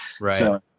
Right